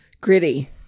Gritty